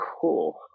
cool